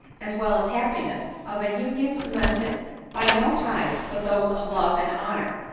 as well as happiness, of a union cemented by no ties but those of love and honor,